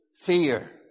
fear